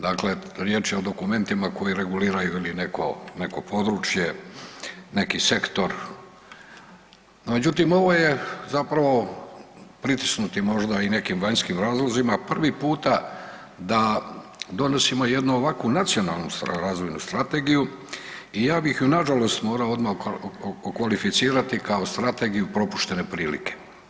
Dakle riječ je o dokumentima koji reguliraju neko područje, neki sektor, no međutim, ovo je zapravo, pritisnuti možda i nekim vanjskim razlozima, prvi puta da donosimo jednu ovakvu Nacionalnu razvojnu strategiju i ja bih ju nažalost morao odmah okvalificirati kao strategiju propuštene prilike.